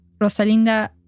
Rosalinda